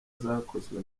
zakozwe